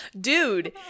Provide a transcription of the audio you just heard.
dude